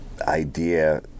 idea